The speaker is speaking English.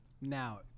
Now